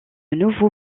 nouveau